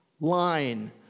line